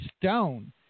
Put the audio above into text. Stone